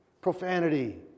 Profanity